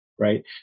Right